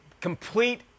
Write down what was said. complete